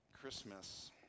Christmas